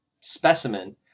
specimen